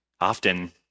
often